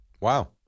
Wow